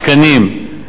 תקנים,